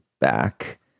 back